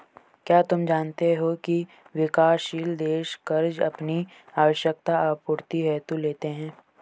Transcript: क्या तुम जानते हो की विकासशील देश कर्ज़ अपनी आवश्यकता आपूर्ति हेतु लेते हैं?